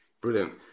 Brilliant